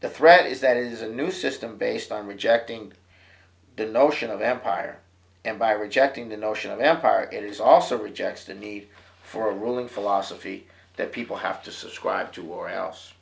the threat is that is a new system based on rejecting the notion of empire and by rejecting the notion of m park it is also rejects the need for a ruling philosophy that people have to subscribe to or else